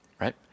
Right